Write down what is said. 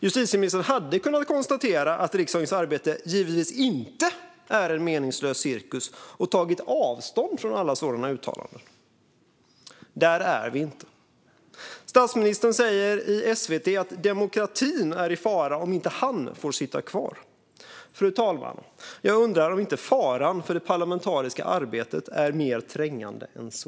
Justitieministern hade kunnat konstatera att riksdagens arbete givetvis inte är en meningslös cirkus och ta avstånd från alla sådana uttalanden. Där är vi inte. Statsministern säger i SVT att demokratin är i fara om inte han får sitta kvar. Jag undrar, fru talman, om inte faran för det parlamentariska arbetet är mer trängande än så.